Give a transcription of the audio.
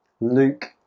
Luke